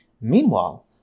Meanwhile